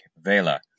Vela